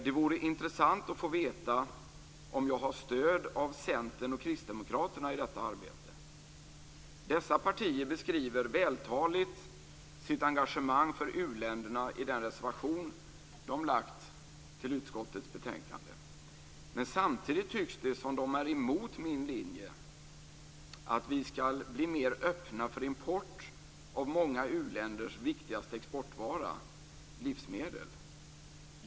Det vore intressant att få veta om jag har stöd av Kristdemokraterna och Centern i detta arbete. Dessa partier beskriver vältaligt sitt engagemang för uländerna i den reservation som de fogat till utskottets betänkande. Samtidigt tycks det som att de är emot min linje, att vi skall bli mer öppna för import av många u-länders viktigaste exportvara, livsmedel.